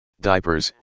diapers